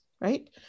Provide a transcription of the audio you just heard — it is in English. right